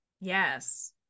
yes